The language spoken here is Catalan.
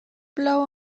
plou